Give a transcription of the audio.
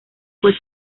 fue